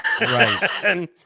Right